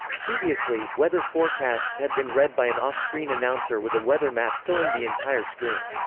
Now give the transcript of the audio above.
previously, weather forecasts had been read by an off-screen announcer with a weather map filling the entire screen.